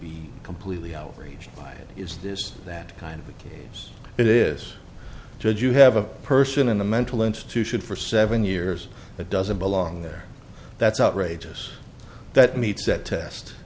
be completely outraged by it is this that kind of a case it is just you have a person in a mental institution for seven years that doesn't belong there that's outrageous that meets that